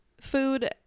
food